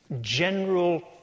general